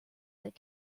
that